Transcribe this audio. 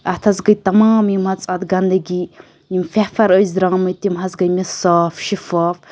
اَتھ حظ گٔے تَمام یِم حظ اَتھ گنٛدگی یِم فیفَر ٲسۍ درٛامٕتۍ تِم حظ گٔے مےٚ صاف شِفاف